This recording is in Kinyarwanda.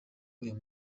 uyu